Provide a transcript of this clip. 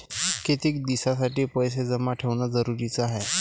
कितीक दिसासाठी पैसे जमा ठेवणं जरुरीच हाय?